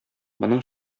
моның